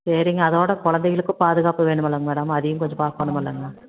சரிங்க அதோடு குழந்தைகளுக்கு பாதுகாப்பு வேணும் இல்லைங்க மேடம் அதையும் கொஞ்சம் பாக்கணும் இல்லைங்க